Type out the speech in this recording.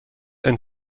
and